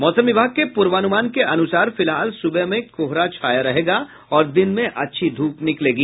मौसम विभाग के पूर्वानुमान के अनुसार फिलहाल सुबह में कोहरा छाया रहेगा और दिन में अच्छी धूप निकलेगी